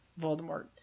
Voldemort